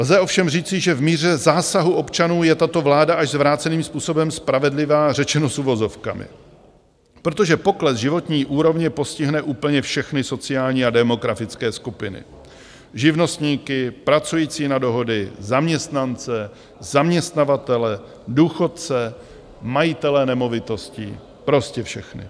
Lze ovšem říci, že v míře zásahu občanů je tato vláda až zvráceným způsobem spravedlivá, řečeno s uvozovkami, protože pokles životní úrovně postihne úplně všechny sociální a demografické skupiny živnostníky, pracující na dohody, zaměstnance, zaměstnavatele, důchodce, majitele nemovitostí, prostě všechny.